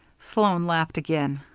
sloan laughed again.